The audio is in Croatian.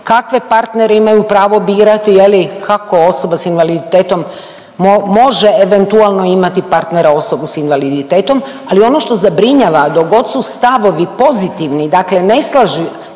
kakve partnere imaju pravo birati, je li kako osobe s invaliditetom može eventualno imati partnera osobu s invaliditetom. Ali ono što zabrinjava, dok god su stavovi pozitivni, dakle ne slažu